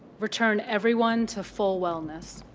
return everyone to full wellness.